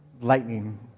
lightning